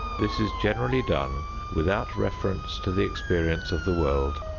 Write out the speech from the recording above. this is generally done without reference to the experience of the world,